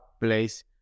place